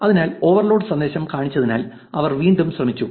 അതിനാൽ ഓവർലോഡ് സന്ദേശം കാണിച്ചതിനാൽ അവർ വീണ്ടും ശ്രമിച്ചു